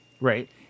Right